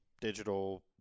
digital